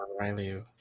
Riley